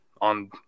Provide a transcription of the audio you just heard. on